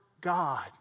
God